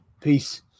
Peace